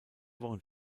wochen